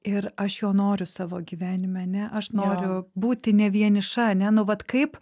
ir aš jo noriu savo gyvenime ane aš noriu būti ne vieniša ane nu vat kaip